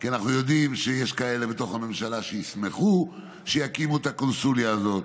כי אנחנו יודעים שיש כאלה בתוך הממשלה שישמחו שיקימו את הקונסוליה הזאת